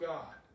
God